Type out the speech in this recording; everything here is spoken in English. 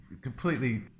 completely